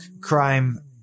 crime